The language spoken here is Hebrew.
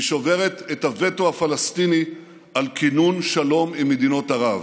היא שוברת את הווטו הפלסטיני על כינון שלום עם מדינות ערב.